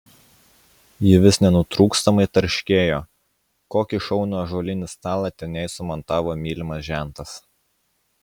ji vis nenutrūkstamai tarškėjo kokį šaunų ąžuolinį stalą ten jai sumontavo mylimas žentas